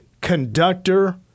conductor